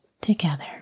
together